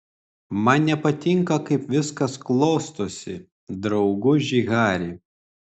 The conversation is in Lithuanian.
man nepatinka kaip viskas klostosi drauguži hari